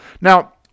Now